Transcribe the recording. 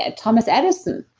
ah thomas edison,